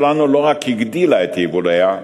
כולנו, חברי הכנסת, חברי וחברות הכנסת,